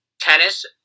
Tennis